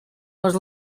was